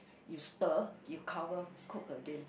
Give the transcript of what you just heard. you stir you cover cook again